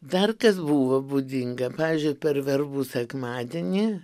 dar kas buvo būdinga pavyzdžiui per verbų sekmadienį